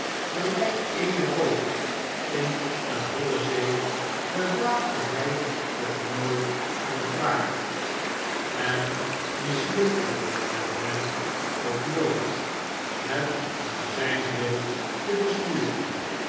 gelijk eene boot in eene nolle zee geraakte hij toch nooit van het paard en mislukte het hem ook nooit het naar zijn wil te besturen